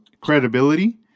credibility